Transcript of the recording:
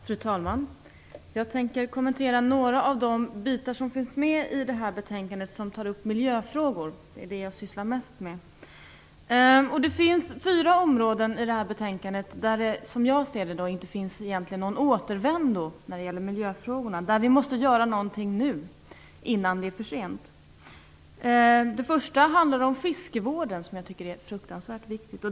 Fru talman! Jag tänker kommentera några av de delar i betänkandet som tar upp miljöfrågor, vilka jag sysslar mest med. Det finns fyra områden i betänkandet där det, som jag ser det, egentligen inte finns någon återvändo när det gäller miljöfrågorna och där vi måste göra någonting nu innan det är för sent. Det första handlar om fiskevården, som jag tycker är fruktansvärt viktig.